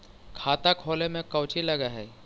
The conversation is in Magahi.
खाता खोले में कौचि लग है?